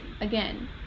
again